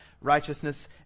righteousness